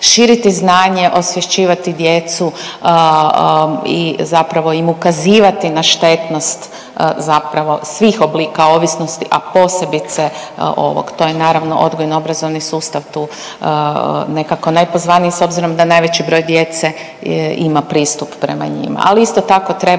širiti znanje, osvješćivati djecu i zapravo im ukazivati na štetnost zapravo svih oblika ovisnosti, a posebice ovog. To je naravno odgojno-obrazovni sustav tu nekako najpozvaniji s obzirom da najveći broj djece ima pristup prema njima,